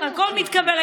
בסדר, הכול מתקבל.